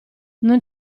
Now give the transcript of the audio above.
non